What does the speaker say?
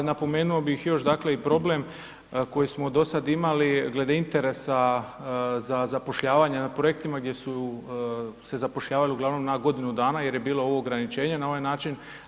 A napomenuo bih još i problem koji smo do sada imali glede interesa za zapošljavanje na projektima gdje su se zapošljavali uglavnom na godinu dana jer je bilo ovo ograničenje na ovaj način.